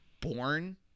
born